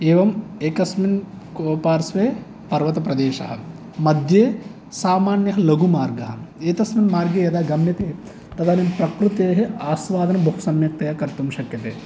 एवम् एकस्मिन् को पार्श्वे पर्वतप्रदेशः मध्ये सामान्यः लघुमार्गः एतस्मिन् मार्गे यदा गम्यते तदानीं प्रकृतेः आस्वादनं बहुसम्यक्तया कर्तुं शक्यते